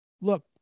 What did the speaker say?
Look